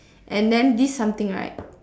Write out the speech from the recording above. and then this something right